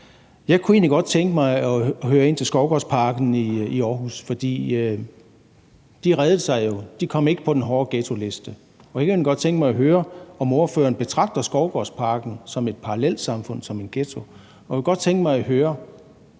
Jeg kunne godt tænke mig at spørge ind til Skovgårdsparken i Aarhus, for de reddede sig jo, de kom ikke på den hårde ghettoliste, og jeg kunne egentlig godt tænke mig at høre, om ordføreren betragter Skovgårdsparken som et parallelsamfund, som en ghetto. Og jeg kunne godt tænke mig at høre,